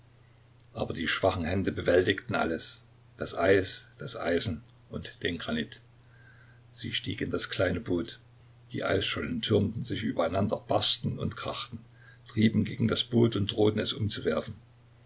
aber die schwachen hände bewältigten alles das eis das eisen und den granit sie stieg in das kleine boot die eisschollen türmten sich übereinander barsten und krachten trieben gegen das boot und drohten es umzuwerfen